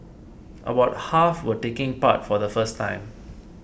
about half were taking part for the first time